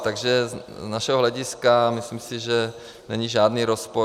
Takže z našeho hlediska, myslím si, že není žádný rozpor.